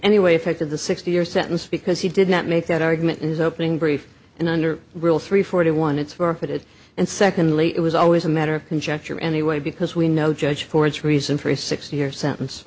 any way affected the sixty year sentence because he did not make that argument in his opening brief and under rule three forty one it's worth it and secondly it was always a matter of conjecture anyway because we know judge for its reason for a six year sentence